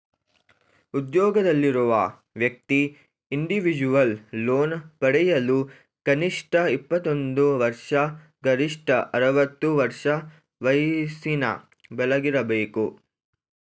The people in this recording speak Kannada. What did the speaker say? ಉದ್ಯೋಗದಲ್ಲಿರುವ ವ್ಯಕ್ತಿ ಇಂಡಿವಿಜುವಲ್ ಲೋನ್ ಪಡೆಯಲು ಕನಿಷ್ಠ ಇಪ್ಪತ್ತೊಂದು ವರ್ಷ ಗರಿಷ್ಠ ಅರವತ್ತು ವರ್ಷ ವಯಸ್ಸಿನ ಒಳಗಿರಬೇಕು